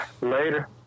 Later